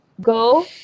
go